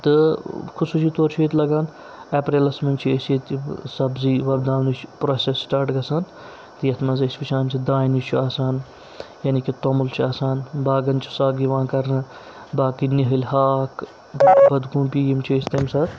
تہٕ خصوٗصی طور چھِ ییٚتہِ لَگان اٮ۪ریلَس منٛز چھِ أسۍ ییٚتہِ سبزی وۄپداونٕچ پرٛوسٮ۪س سِٹاٹ گَژھان تہٕ یَتھ منٛز أسۍ وٕچھان چھِ دانہِ چھُ آسان یعنی کہِ توٚمُل چھُ آسان باغَن چھُ سَگ یِوان کَرنہٕ باقٕے نِۂلۍ ہاکھ بَد گوٗپی یِم چھِ أسۍ تَمہِ ساتہٕ